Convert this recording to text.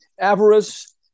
Avarice